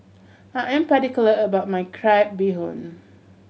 I am particular about my crab bee hoon